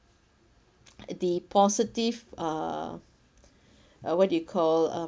the positive uh uh what do you call a